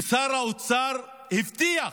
ושר האוצר הבטיח,